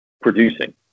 Producing